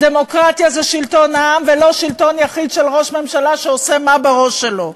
דמוקרטיה זה שלטון העם ולא שלטון יחיד של ראש מממשלה שעושה מה בראש שלו.